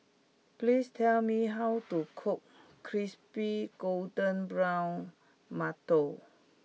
please tell me how to cook Crispy Golden Brown Mantou